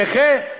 נכה,